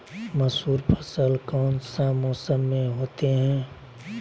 मसूर फसल कौन सा मौसम में होते हैं?